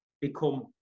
become